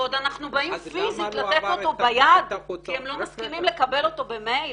ועוד אנחנו באים פיזית לתת אותו ביד כי הם לא מסכימים לקבל אותו במייל.